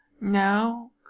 No